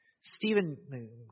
Stephen